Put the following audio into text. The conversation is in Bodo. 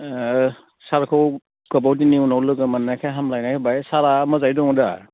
सारखौ गोबाव दिननि उनाव लोगो मोननायखाय हामब्लायनाय होबाय सारआ मोजाङै दङ दा